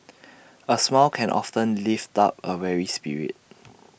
A smile can often lift up A weary spirit